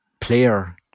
player